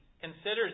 considers